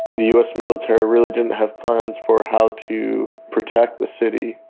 the us military really didn't have plans for how to protect the city,